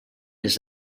des